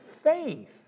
faith